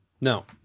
no